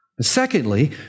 secondly